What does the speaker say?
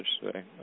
today